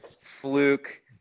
fluke